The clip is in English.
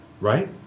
Right